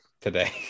today